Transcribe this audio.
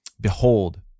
Behold